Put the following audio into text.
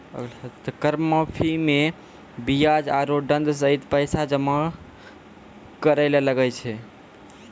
कर माफी मे बियाज आरो दंड सहित पैसा जमा करे ले लागै छै